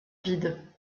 vide